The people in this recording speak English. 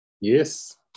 Yes